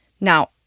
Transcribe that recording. Now